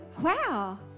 wow